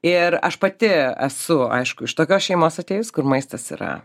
ir aš pati esu aišku iš tokios šeimos atėjus kur maistas yra